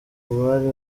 bari